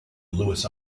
louis